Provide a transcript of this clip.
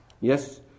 Yes